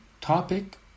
topic